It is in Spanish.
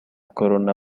corona